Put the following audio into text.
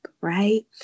right